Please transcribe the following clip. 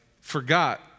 forgot